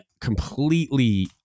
completely